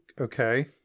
Okay